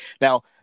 Now